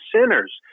sinners